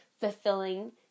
fulfilling